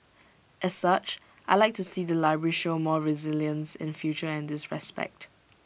as such I Like to see the library show more resilience in future in this respect